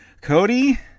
Cody